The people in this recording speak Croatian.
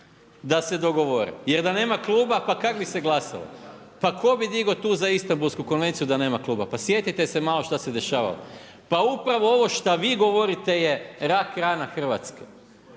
da se dogovore. Jer da nema kluba pa kako bi se glasalo? Pa tko bi digao tu za Istanbulsku konvenciju da nema kluba? Pa sjetite se malo što se dešava. Pa upravo ovo što vi govorite je rak rana Hrvatske.